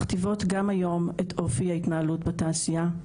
מכתיבות גם היום את אופי ההתנהלות בתעשייה?